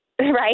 right